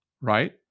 right